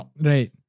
Right